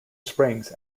springs